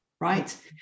right